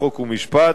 חוק ומשפט,